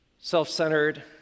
self-centered